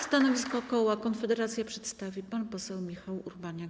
Stanowisko koła Konfederacja przedstawi pan poseł Michał Urbaniak.